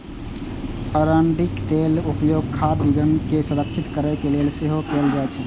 अरंडीक तेलक उपयोग खाद्यान्न के संरक्षित करै लेल सेहो कैल जाइ छै